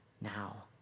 now